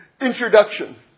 introduction